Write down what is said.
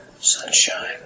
Sunshine